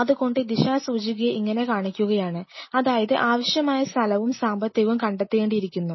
അതുകൊണ്ട് ഈ ദിശാസൂചികയെ ഇങ്ങനെ കാണിക്കുകയാണ് അതായത് ആവശ്യമായ സ്ഥലവും സാമ്പത്തികവും കണ്ടെത്തേണ്ടിയിരിക്കുന്നു